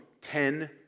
ten